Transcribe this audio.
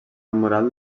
moral